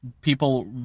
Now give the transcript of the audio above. people